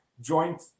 joint